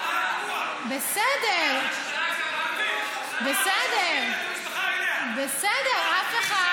מח"ש הזמין את המשפחה אליו, בסדר, בסדר.